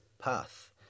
path